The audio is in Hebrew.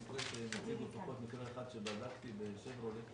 זה המקרה שהם הציגו מקרה אחד שבדקתי בשברולט,